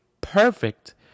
perfect